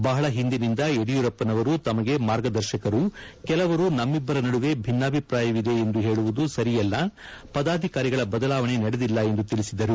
ಬಹಳ ಹಿಂದಿನಿಂದ ಯಡಿಯೂರಪ್ಪನವರು ತಮಗೆ ಮಾರ್ಗದರ್ಶಕರು ಕೆಲವರು ನಮ್ಮಿಬ್ಬರ ನಡುವೆ ಬಿನ್ನಭಿಪ್ರಾಯವಿದೆ ಎಂದು ಹೇಳುವುದು ಸರಿಯಿಲ್ಲ ಪದಾಧಿಕಾರಿಗಳ ಬದಲಾವಣೆ ನಡೆದಿಲ್ಲ ಎಂದು ತಿಳಿಸಿದರು